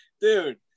dude